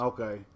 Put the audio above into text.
Okay